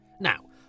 Now